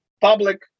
public